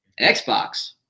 Xbox